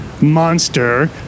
monster